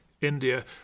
India